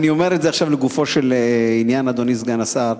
לגופו של עניין, אדוני סגן השר,